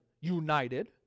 united